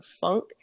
funk